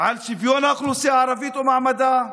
על שוויון האוכלוסייה הערבית ומעמדה,